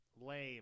lame